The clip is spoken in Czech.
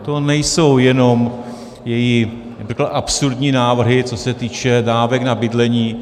To nejsou jenom její absurdní návrhy, co se týče dávek na bydlení.